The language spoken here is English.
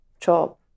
job